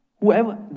whoever